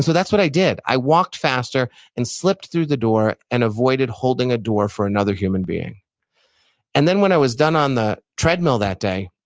so that's what i did. i walked faster and slipped through the door and avoided holding a door for another human being and then when i was done on the treadmill that day,